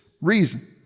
reason